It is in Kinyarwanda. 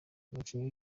umukinnyi